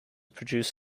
produce